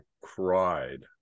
cried